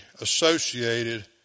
associated